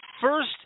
First